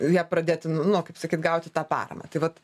ją pradėti nu kaip sakyt gauti tą paramą tai vat